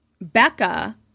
Becca